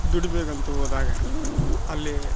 ದುಡಿಮೆಗಂತ ಹೋದಾಗ ಅಲ್ಲಿ